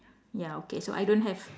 ya okay so I don't have